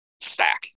stack